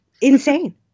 insane